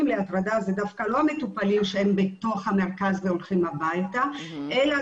להטרדה זה דווקא לא המטופלים שהם בתוך המרכז והולכים הביתה אלא